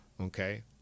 Okay